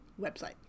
website